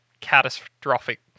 catastrophic